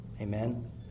Amen